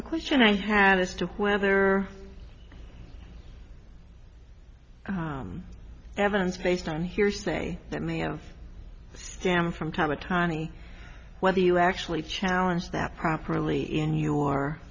the question i had as to whether evidence based on hearsay that may have stem from time a tiny whether you actually challenge that properly in your